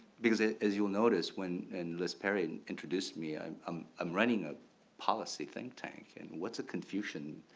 because as you'll notice when and liz perry introduced me, i'm um i'm running a policy think tank and what's a confucian,